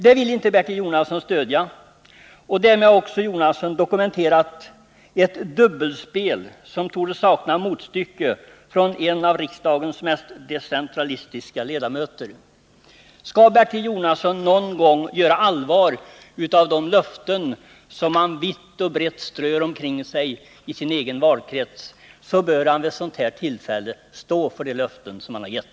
Det vill inte Bertil Jonasson stödja, och därmed har han också dokumenterat ett dubbelspel som torde sakna motstycke när det gäller en av riksdagens mest decentralistiska ledamöter. Skall Bertil Jonasson någon gång göra allvar av de löften som han vitt och brett strör omkring sig i sin egen valkrets, så bör han vid ett sådant här tillfälle stå för de löften han har gett.